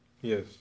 Yes